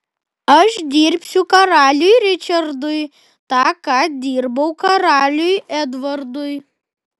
aš dirbsiu karaliui ričardui tą ką dirbau karaliui edvardui